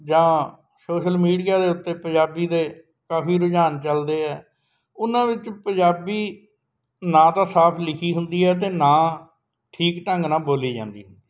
ਜਾਂ social media ਦੇ ਉੱਤੇ ਪੰਜਾਬੀ ਦੇ ਕਾਫੀ ਰੁਝਾਨ ਚੱਲਦੇ ਆ ਉਹਨਾਂ ਵਿੱਚ ਪੰਜਾਬੀ ਨਾ ਤਾਂ ਸਾਫ ਲਿਖੀ ਹੁੰਦੀ ਹੈ ਅਤੇ ਨਾ ਠੀਕ ਢੰਗ ਨਾਲ ਬੋਲੀ ਜਾਂਦੀ ਹੈ